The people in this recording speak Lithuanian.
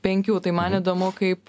penkių tai man įdomu kaip